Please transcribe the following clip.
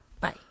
Bye